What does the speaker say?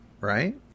right